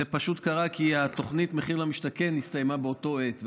זה קרה פשוט כי התוכנית מחיר למשתכן הסתיימה באותה העת,